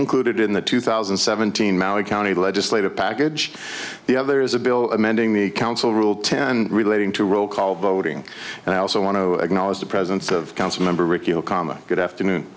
included in the two thousand and seventeen mile of county legislative package the other is a bill amending the council rule ten relating to roll call voting and i also want to acknowledge the presence of council member rickey okama good afternoon